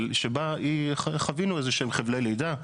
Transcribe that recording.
שבה חווינו איזה שהם חבלי לידה.